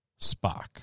Spock